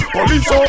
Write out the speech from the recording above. Police